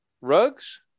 rugs